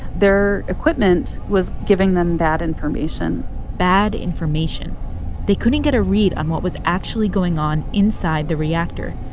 their equipment was giving them bad information bad information they couldn't get a read on what was actually going on inside the reactor,